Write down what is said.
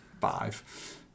five